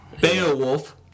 Beowulf